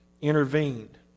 intervened